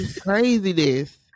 Craziness